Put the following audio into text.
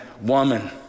woman